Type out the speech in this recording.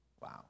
Wow